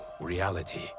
reality